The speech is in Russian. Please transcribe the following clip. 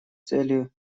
целью